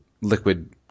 Liquid